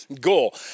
goal